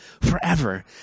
forever